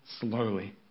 slowly